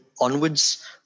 onwards